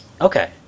Okay